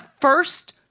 first